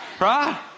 Right